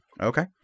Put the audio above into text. Okay